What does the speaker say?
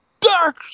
dark